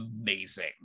amazing